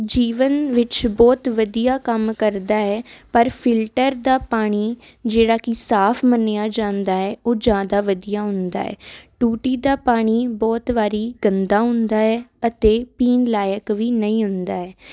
ਜੀਵਨ ਵਿੱਚ ਬਹੁਤ ਵਧੀਆ ਕੰਮ ਕਰਦਾ ਹੈ ਪਰ ਫਿਲਟਰ ਦਾ ਪਾਣੀ ਜਿਹੜਾ ਕਿ ਸਾਫ ਮੰਨਿਆ ਜਾਂਦਾ ਹੈ ਉਹ ਜ਼ਿਆਦਾ ਵਧੀਆ ਹੁੰਦਾ ਹੈ ਟੂਟੀ ਦਾ ਪਾਣੀ ਬਹੁਤ ਵਾਰੀ ਗੰਦਾ ਹੁੰਦਾ ਹੈ ਅਤੇ ਪੀਣ ਲਾਇਕ ਵੀ ਨਹੀਂ ਹੁੰਦਾ ਹੈ